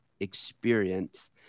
experience